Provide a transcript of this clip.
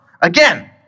Again